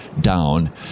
down